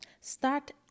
Start